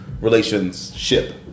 relationship